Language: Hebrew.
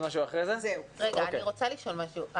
אני רוצה לשאול משהו.